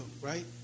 right